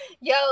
Yo